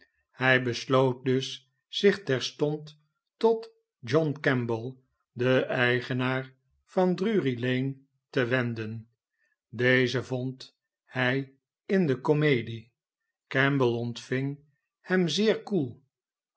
hij besloot dus zich terstond tot john kemble den eigenaar van drury-lane te wenden dezen vond hi in dekomedie kemble ontving hem zeer koel